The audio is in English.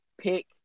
pick